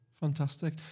Fantastic